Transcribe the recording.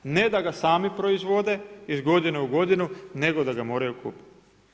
Ne da ga sami proizvode iz godinu u godinu, nego da ih moraju kupiti.